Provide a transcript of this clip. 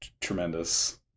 Tremendous